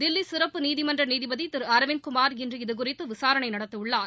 தில்லி சிறப்பு நீதிமன்ற நீதிபதி திரு அரவிந்த் குமார் இன்று இது குறித்து விசாரணை நடத்தவுள்ளார்